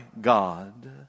God